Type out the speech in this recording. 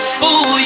fool